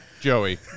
Joey